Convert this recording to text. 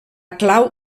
clau